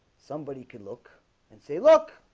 somebody can look and say look